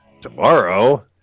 tomorrow